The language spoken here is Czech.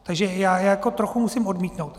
Takže já trochu musím odmítnout.